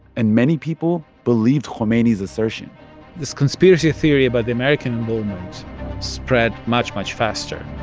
and many people believed khameini's assertion this conspiracy theory about the american involvement spread much, much faster